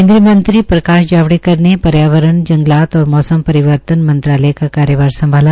केन्द्रीय मंत्री प्रकाश जावड़ेकर ने पर्यावरण जगलात और मौसम परिवर्तन मंत्रालय का कार्यभार संभाला